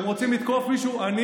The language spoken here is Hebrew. אבל הוא ציטט כתבה, מה אתה רוצה ממנו?